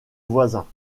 voisins